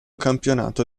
campionato